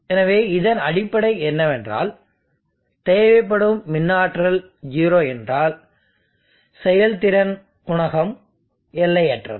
எனவே இதன் அடிப்படை என்னவென்றால் தேவைப்படும் மின் ஆற்றல் 0 என்றால் செயல்திறன் குணகம் எல்லையற்றது